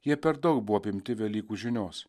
jie per daug buvo apimti velykų žinios